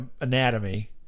anatomy